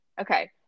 Okay